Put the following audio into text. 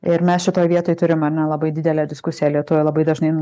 ir mes šitoj vietoj turim ar ne labai didelę diskusiją lietuvoje labai dažnai